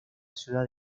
ciudad